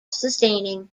sustaining